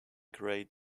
grade